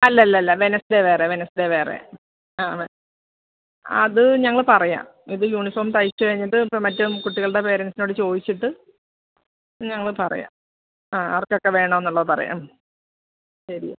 അല്ല അല്ല അല്ല വെനസ്ഡെ വേറെ വെനസ്ഡെ വേറെ ആണ് അത് ഞങ്ങൾ പറയാം ഇത് യൂണിഫോം തയ്ച്ച് കഴിഞ്ഞിട്ട് മറ്റേ കുട്ടികളുടെ പേരെൻസിനോട് ചോദിച്ചിട്ട് ഞങ്ങൾ പറയാം ആ ആർകൊക്കെ വേണമെന്നുള്ളത് പറയാം ഉം ശരി